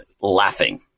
laughing